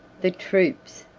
the troops,